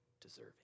deserving